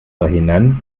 verhindern